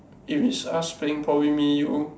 if it's us playing probably me you